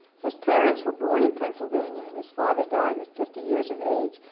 his parents were born in pennsylvania and his father died at fifty years of age,